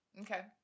Okay